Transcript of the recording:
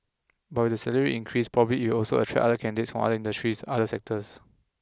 but with the salary increase probably it also attract other candidates from other industries other sectors